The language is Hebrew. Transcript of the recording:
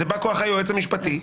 זה בא-כוח היועץ המשפטי.